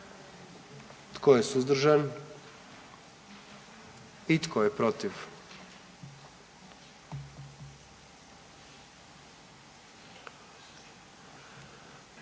Tko je suzdržan? I tko je protiv?